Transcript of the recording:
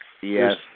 Yes